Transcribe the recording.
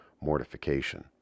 mortification